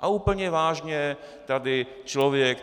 A úplně vážně tady člověk,